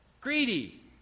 Greedy